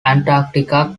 antarctica